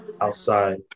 outside